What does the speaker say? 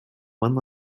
one